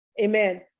amen